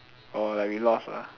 orh like we lost ah